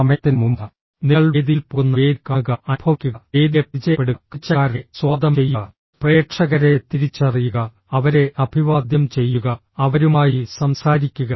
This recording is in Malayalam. സമയത്തിന് മുമ്പ് നിങ്ങൾ വേദിയിൽ പോകുന്ന വേദി കാണുക അനുഭവിക്കുക വേദിയെ പരിചയപ്പെടുക കാഴ്ചക്കാരനെ സ്വാഗതം ചെയ്യുക പ്രേക്ഷകരെ തിരിച്ചറിയുക അവരെ അഭിവാദ്യം ചെയ്യുക അവരുമായി സംസാരിക്കുക